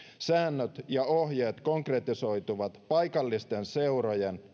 säännöt ja ohjeet konkretisoituvat paikallisten seurojen